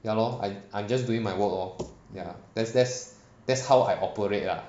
ya lor I I'm just doing my work orh ya that's that's that's how I operate ah